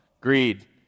greed